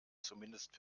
zumindest